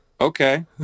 Okay